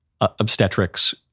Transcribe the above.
obstetrics